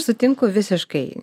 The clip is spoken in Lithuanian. sutinku visiškai